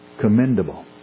commendable